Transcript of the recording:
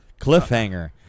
Cliffhanger